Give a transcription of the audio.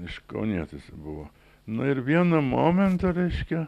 iš kaunietis buvo nu ir vienu momentu reiškia